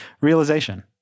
realization